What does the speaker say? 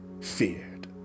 feared